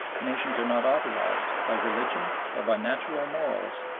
nations are not authorized, by religion or by natural morals,